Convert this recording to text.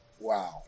Wow